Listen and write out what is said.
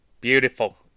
Beautiful